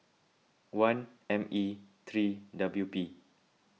one M E three W P